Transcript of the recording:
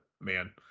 man